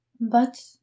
But